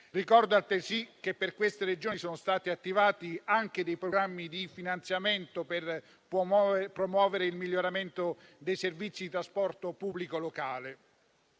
altresì che per queste Regioni sono stati attivati anche programmi di finanziamento per promuovere il miglioramento dei servizi di trasporto pubblico locale.